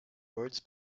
words